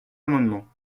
amendements